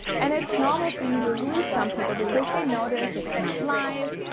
and it's normal for you to lose some people because they notice it's not live.